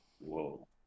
Whoa